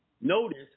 notice